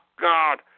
God